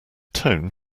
tone